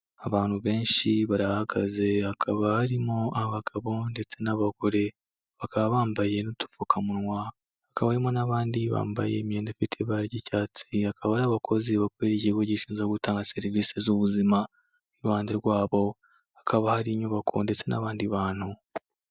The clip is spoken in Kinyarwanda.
Abantu benshi barahagaze hakaba harimo abagabo ndetse n'abagore, bakaba bambaye n'udupfukamunwa hakaba harimo n'abandi bambaye imyenda ifite ibara ry'icyatsi akaba ari abakozi bakorera ikigo gishinzwe gutanga serivisi z'ubuzima, iruhande rwabo hakaba hari inyubako ndetse n'abandi bantu.